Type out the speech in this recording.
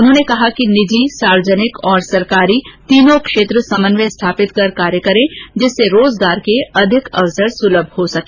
उन्होने कहा कि निजी सार्वजनिक और सरकारी तीनों क्षेत्र समन्वय स्थापित कर कार्य करें जिससे रोजगार के अधिक अवसर सुलभ हो सके